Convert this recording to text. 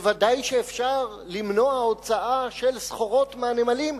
ודאי שאפשר למנוע הוצאה של סחורות מהנמלים,